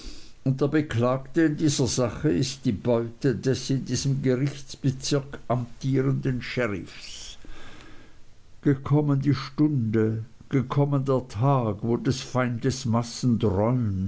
und der beklagte in dieser sache ist die beute des in diesem gerichtsbezirk amtierenden sheriffs gekommen die stunde gekommen der tag wo des feindes